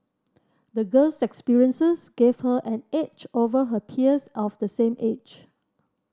the girl's experiences gave her an edge over her peers of the same age